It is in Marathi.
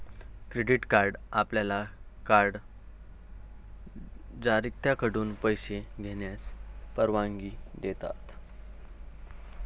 क्रेडिट कार्ड आपल्याला कार्ड जारीकर्त्याकडून पैसे घेण्यास परवानगी देतात